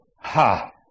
Ha